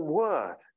word